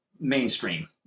mainstream